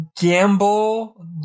gamble